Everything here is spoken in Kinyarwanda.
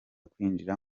kwinjira